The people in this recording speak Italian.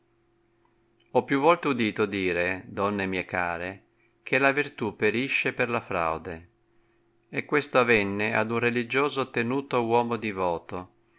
ho più volte udito dire donne mie care che la virtù perisce per la fraude e questo avenne ad un religioso tenuto uomo divoto